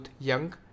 young